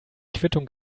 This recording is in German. quittung